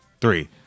three